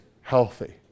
healthy